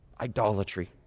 Idolatry